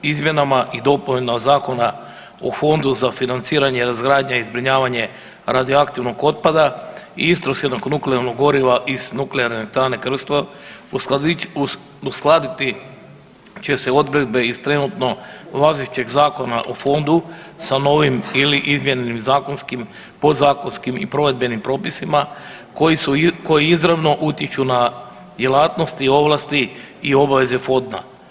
Izmjenama i dopunama Zakona o fondu za financiranje razgradnje i zbrinjavanje radioaktivnog otpada istrošenog nuklearnog goriva iz nuklearne elektrane Krško uskladit će se odredbe iz trenutno važećeg Zakona o fondu sa novim ili izmijenjenim zakonskim, podzakonskim i provedbenim propisima koji izravno utječu na djelatnosti i ovlasti i obaveze fonda.